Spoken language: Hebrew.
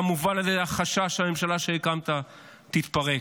אתה מובל על ידי החשש שהממשלה שהקמת תתפרק.